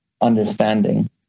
understanding